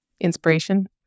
Inspiration